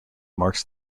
marks